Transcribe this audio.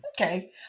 okay